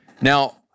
Now